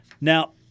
Now